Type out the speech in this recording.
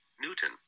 Newton